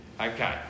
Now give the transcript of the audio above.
Okay